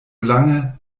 lange